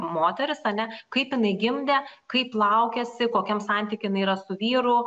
moteris ane kaip jinai gimdė kaip laukiasi kokiam santyky jinai yra su vyru